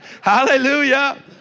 Hallelujah